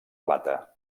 plata